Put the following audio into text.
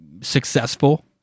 successful